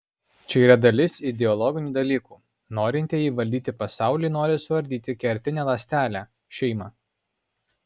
čia yra dalis ideologinių dalykų norintieji valdyti pasaulį nori suardyti kertinę ląstelę šeimą